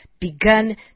Begun